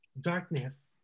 Darkness